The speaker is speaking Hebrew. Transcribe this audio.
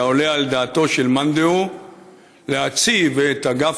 היה עולה על דעתו של מאן דהוא להציב את אגף